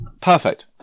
Perfect